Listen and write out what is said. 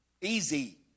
Easy